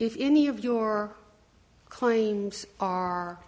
if any of your claims are